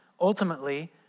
ultimately